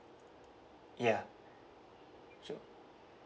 ya so